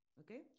okay